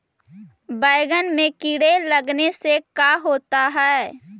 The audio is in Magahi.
बैंगन में कीड़े लगने से का होता है?